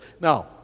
Now